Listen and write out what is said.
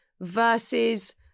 versus